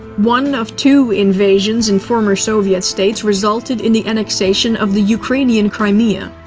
one of two invasions in former soviet states resulted in the annexation of the ukranian crimea.